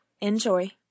enjoy